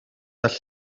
all